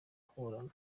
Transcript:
kuburana